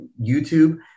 YouTube